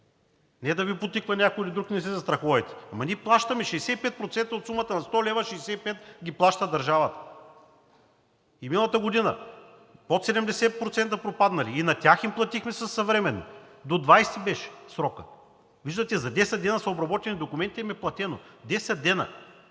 не да Ви подтиква някой друг: не се застраховайте. Ама ние плащаме 65% от сумата, на 100 лв. – 65 ги плаща държавата. И миналата година под 70% пропаднали и на тях им платихме своевременно – срокът беше до 20-и. Виждате, че за 10 дни са обработени документите и им е платено. Десет